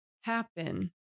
happen